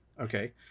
Okay